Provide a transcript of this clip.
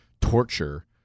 torture